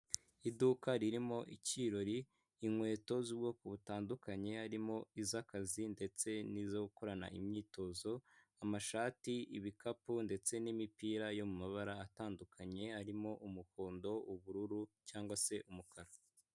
Iduka ririmo ikirori inkweto z'ubwoko butandukanye harimo iz'akazi ndetse n'izo gukorana imyitozo, amashati, ibikapu ndetse n'imipira yo mabara atandukanye, harimo umuhodo, ubururu cyangwa se umukara.